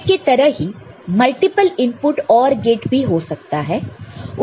AND gate की तरह ही मल्टीपल इनपुट OR गेट भी हो सकते हैं